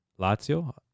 Lazio